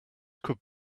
could